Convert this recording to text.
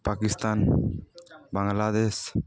Pakistan Bangladesh